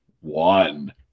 one